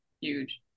huge